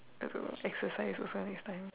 also exercise or something next time